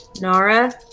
Nara